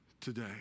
today